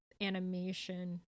animation